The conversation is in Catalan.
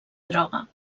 droga